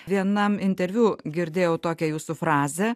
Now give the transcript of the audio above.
vienam interviu girdėjau tokią jūsų frazę